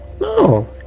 No